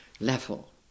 level